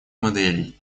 моделей